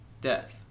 death